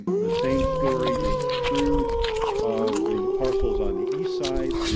the same story is true of the parcels on the east side.